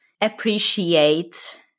appreciate